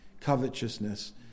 Covetousness